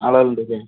ആളുകൾ ഉണ്ട് അതെ